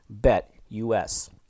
BetUS